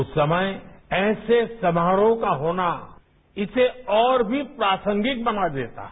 उस समय ऐसे समारोह का होना इसे और भी प्रासंगिक बना देता है